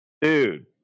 dude